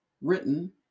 written